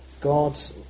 God's